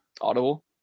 Audible